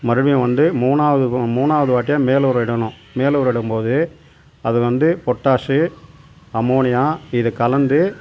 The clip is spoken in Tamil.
மறுபடியும் வந்து மூணாவது போ மூணாவது வாட்டியும் மேல் உரம் இடணும் மேல் உரம் இடம்போது அது வந்து பொட்டாசு அம்மோனியா இது கலந்து